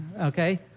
Okay